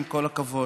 עם כל הכבוד.